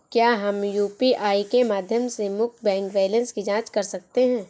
क्या हम यू.पी.आई के माध्यम से मुख्य बैंक बैलेंस की जाँच कर सकते हैं?